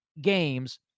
games